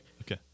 Okay